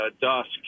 dusk